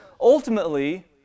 Ultimately